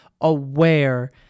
aware